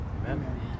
Amen